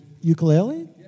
ukulele